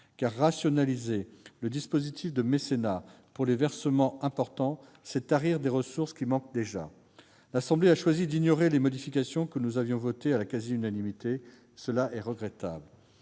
Car rationaliser le dispositif de mécénat pour les versements importants, c'est tarir des ressources qui manquent déjà. L'Assemblée nationale a choisi d'ignorer les modifications que nous avions votées à la quasi-unanimité. C'est regrettable